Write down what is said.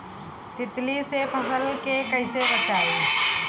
तितली से फसल के कइसे बचाई?